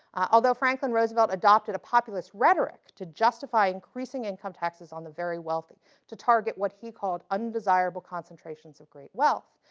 although franklin roosevelt adopted a populist rhetoric to justify increasing income taxes on the very wealthy to target what he called undesirable concentrations of great wealth,